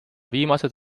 viimased